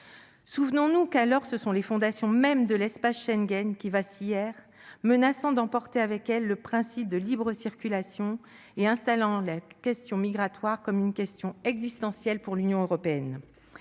Souvenons-nous qu'alors, ce sont les fondations mêmes de l'espace Schengen qui vacillèrent, menaçant d'emporter avec elles le principe de libre circulation et installant la question migratoire comme une question existentielle pour l'Union européenne.